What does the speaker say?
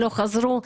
לא חזרו,